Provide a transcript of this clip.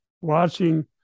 watching